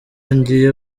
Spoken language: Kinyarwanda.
ngiye